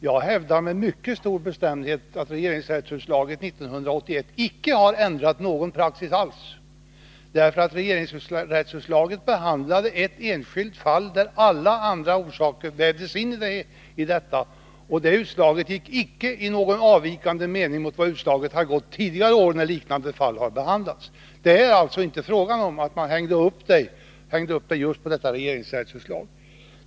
Jag hävdar med mycket stor bestämdhet att regeringsrättsutslaget 1981 icke har ändrat någon praxis alls, därför att regeringsrättsutslaget behandlade ett enskilt fall där alla andra orsaker vävdes in, och det utslaget icke i någon annan riktning än vad utslagen gått tidigare år när likartade fall har behandlats. Det är alltså inte fråga om att man hängde upp sig på detta regeringsrättsutslag.